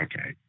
okay